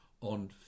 on